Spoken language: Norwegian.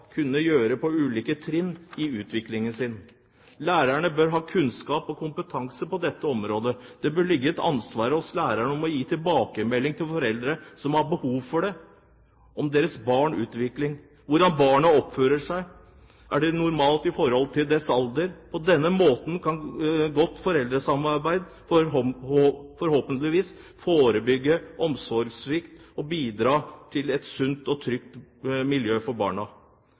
kunne gjøre på ulike trinn i sin utvikling. Lærerne bør ha kunnskap og kompetanse på dette området. Det bør ligge et ansvar hos lærerne for å gi tilbakemelding til foreldre som har behov for det, om deres barns utvikling og hvordan barnet oppfører seg, om det er normalt i forhold til dets alder. På denne måten kan godt foreldresamarbeid forhåpentligvis forebygge omsorgssvikt og bidra til et sunt og trygt miljø for barna.